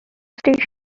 stations